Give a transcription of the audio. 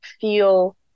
feel